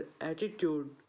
attitude